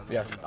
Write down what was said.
Yes